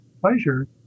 pleasure